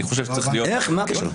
מה הקשר?